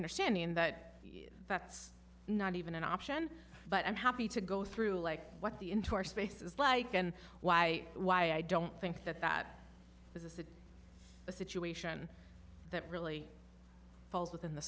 understanding that that's not even an option but i'm happy to go through like what the into our space is like and why why i don't think that that a situation that really falls within the